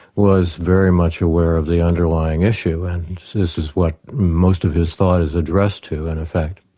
was very much aware of the underlying issue, and this is what most of his thought is addressed to and in fact.